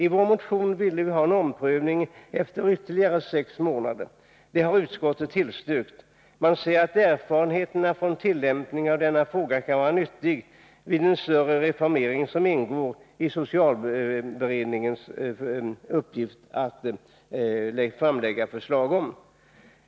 I vår motion ville vi ha en omprövning efter ytterligare sex månader. Det har utskottet tillstyrkt. Man säger att erfarenheten av tillämpningen av denna fråga kan vara nyttig vid den större reformering som det ingår i socialberedningens uppgift att framlägga förslag om.